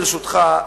ברשותך,